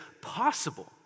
possible